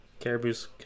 caribou's